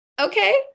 okay